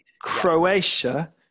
Croatia